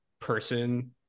person